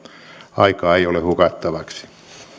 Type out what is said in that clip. aikaa ei ole hukattavaksi